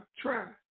try